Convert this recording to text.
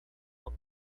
uma